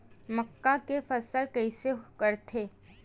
मक्का के फसल कइसे करथे?